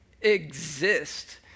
exist